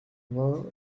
vingt